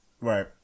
Right